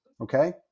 Okay